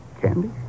Candy